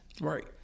Right